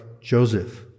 Joseph